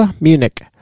Munich